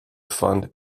fund